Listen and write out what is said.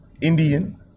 Indian